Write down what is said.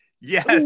Yes